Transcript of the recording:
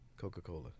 Coca-Cola